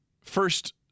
first